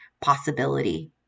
possibility